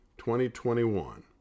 2021